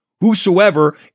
whosoever